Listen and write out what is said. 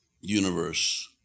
universe